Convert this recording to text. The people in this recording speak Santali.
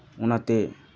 ᱚᱱᱟᱛᱮ